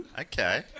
Okay